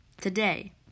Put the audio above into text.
Today